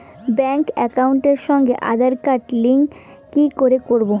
Bank একাউন্টের সঙ্গে Aadhaar link কি করে করবো?